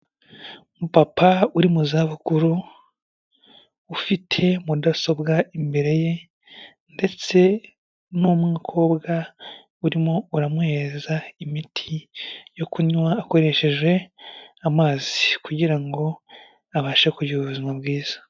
Umupapa uri mu za bukuru ufite mudasobwa imbere ye ndetse n'umukobwa urimo uramuhereza imiti yo kunywa akoresheje amazi kugira ngo abashe kugira ubuzima bwiza.